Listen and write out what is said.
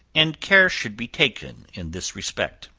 and care should be taken in this respect.